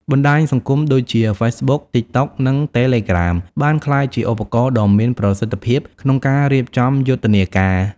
បណ្ដាញសង្គមដូចជា ហ្វេសបុក, តីកតុក, និង តេលេក្រាម បានក្លាយជាឧបករណ៍ដ៏មានប្រសិទ្ធភាពក្នុងការរៀបចំយុទ្ធនាការ។